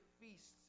feasts